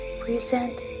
Present